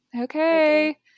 Okay